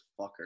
fucker